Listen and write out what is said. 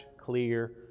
clear